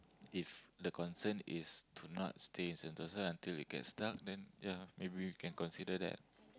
if the concern is to not stay Sentosa until it gets dark then ya maybe we can consider that